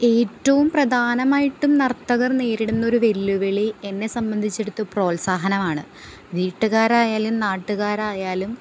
ഏറ്റവും പ്രധാനമായിട്ടും നർത്തകർ നേരിടുന്നൊരു വെല്ലുവിളി എന്നെ സംബന്ധിച്ചിടത്ത് പ്രോത്സാഹനം ആണ് വീട്ടുകാരായാലും നാട്ടുകാരായാലും